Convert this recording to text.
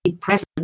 present